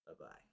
Bye-bye